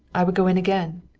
i would go in again.